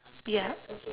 yeah